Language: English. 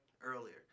earlier